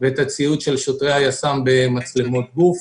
ואת הציוד של שוטרי היס"מ במצלמות גוף.